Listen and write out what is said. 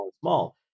small